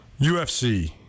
UFC